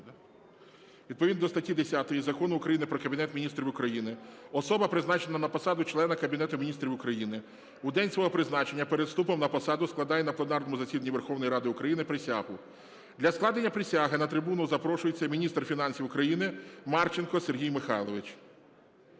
відповідно до статті 10 Закону України "Про Кабінет Міністрів України" особа, призначена на посаду члена Кабінету Міністрів України, у день свого призначення перед вступом на посаду складає на пленарному засіданні Верховної Ради України присягу. Для складення присяги на трибуну запрошується міністр фінансів України Марченко Сергій Михайлович.